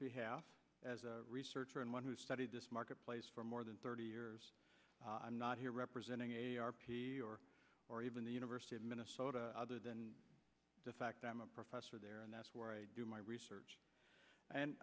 behalf as a researcher and one who studied this marketplace for more than thirty years i'm not here representing your or even the university of minnesota other than the fact i'm a professor there and that's where i do my research and